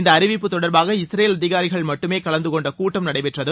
இந்த அறிவிப்பு தொடர்பாக இஸ்ரேல் அதிகாரிகள் மட்டுமே கலந்தகொண்ட கூட்டம் நடைபெற்றது